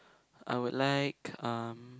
I would like um